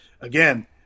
again